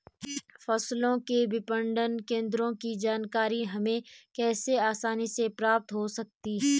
फसलों के विपणन केंद्रों की जानकारी हमें कैसे आसानी से प्राप्त हो सकती?